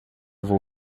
vou